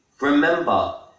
Remember